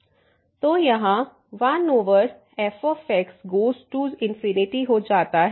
तो यहां 1fगोज़ टू हो जाता है